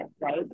right